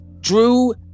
Drew